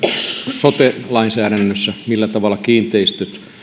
sote lainsäädännössä ja millä tavalla kiinteistöt